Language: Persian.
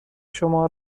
شما